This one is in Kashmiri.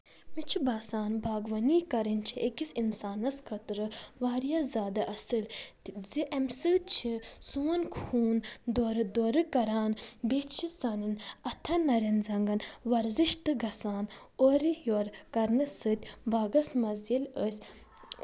مےٚ چھُ باسان باسان باغوٲنی کرٕنۍ چھِ أکِس اِنسانَس خٲطرٕ واریاہ زیادٕ اَصٕل زِ اَمہِ سۭتۍ چھِ سون خوٗن دورٕ دورٕ کران بیٚیہِ چھ سانٮ۪نن اَتھن نَرٮ۪ن زنٛگن وَرزِش تہٕ گژھان اورٕ یورٕ کرنہٕ سۭتۍ باغس منٛز ییٚلہِ ٲسۍ